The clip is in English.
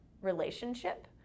relationship